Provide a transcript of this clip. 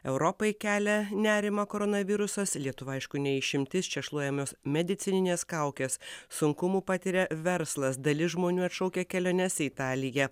europai kelia nerimą koronavirusas lietuva aišku ne išimtis čia šluojamos medicininės kaukės sunkumų patiria verslas dalis žmonių atšaukia keliones į italiją